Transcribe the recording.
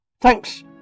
Thanks